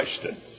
question